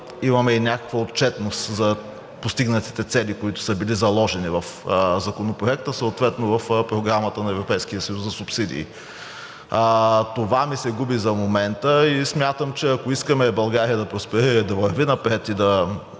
имаме и някаква отчетност за постигнатите цели, които са били заложени в Законопроекта, съответно в програмата на Европейския съюз за субсидии. Това ми се губи за момента и смятам, че ако искаме България да просперира и да върви напред и